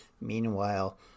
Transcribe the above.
Meanwhile